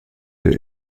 der